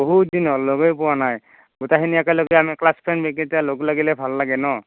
বহুত দিন হ'ল লগেই পোৱা নাই গোটেইখিনি একেলগে আমি ক্লাছ ফ্ৰেণ্ড মিলি লগ লাগিলে ভাল লাগে ন